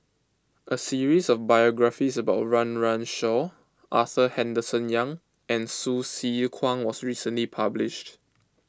a series of biographies about Run Run Shaw Arthur Henderson Young and Hsu Tse Kwang was recently published